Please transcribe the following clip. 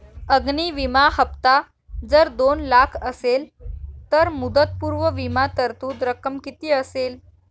अग्नि विमा हफ्ता जर दोन लाख असेल तर मुदतपूर्व विमा तरतूद रक्कम किती असेल?